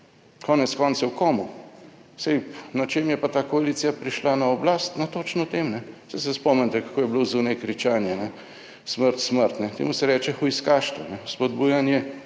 Konec koncev, komu, saj, na čem je pa ta koalicija prišla na oblast? Na točno tem, saj se spomnite kako je bilo zunaj kričanje, smrt, smrt. Temu se reče hujskaštvo, spodbujanje